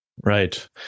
Right